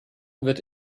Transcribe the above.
wird